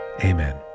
Amen